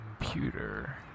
computer